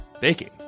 baking